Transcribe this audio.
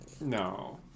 No